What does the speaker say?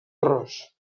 arròs